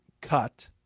cut